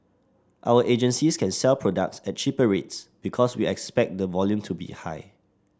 our agencies can sell products at cheaper rates because we expect the volume to be high